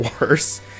worse